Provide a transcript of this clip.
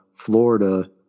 Florida